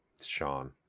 Sean